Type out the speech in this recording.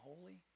holy